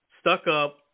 stuck-up